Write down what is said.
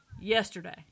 yesterday